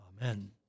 Amen